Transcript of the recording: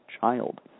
Child